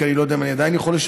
כי אני לא יודע אם אני יכול לשתף,